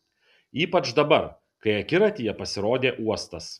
ypač dabar kai akiratyje pasirodė uostas